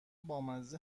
بامزه